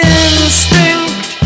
instinct